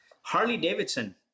Harley-Davidson